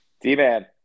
D-Man